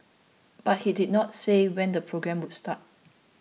but he did not say when the programme would start